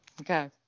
Okay